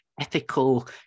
ethical